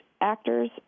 actors